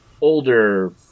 Older